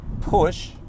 push